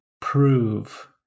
prove